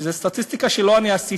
זו סטטיסטיקה שלא אני עשיתי: